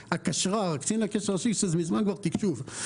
"הקשר"ר" קצין קשר ראשי כשזה מזמן כבר תקשוב.